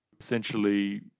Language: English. essentially